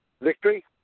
victory